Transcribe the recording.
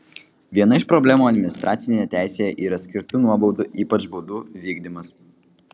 viena iš problemų administracinėje teisėje yra skirtų nuobaudų ypač baudų vykdymas